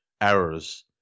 errors